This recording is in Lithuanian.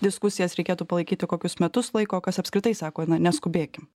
diskusijas reikėtų palaikyti kokius metus laiko kas apskritai sako na neskubėkim